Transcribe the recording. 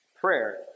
Prayer